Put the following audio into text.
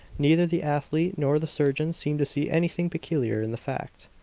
neither the athlete nor the surgeon seemed to see anything peculiar in the fact.